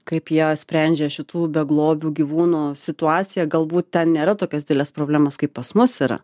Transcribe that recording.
kaip jie sprendžia šitų beglobių gyvūnų situaciją galbūt ten nėra tokios dideles problemos kaip pas mus yra